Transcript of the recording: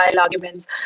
arguments